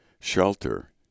shelter